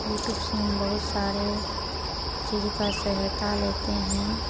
YouTube से हम बहुत सारे चीज़ का सहायता लेते हैं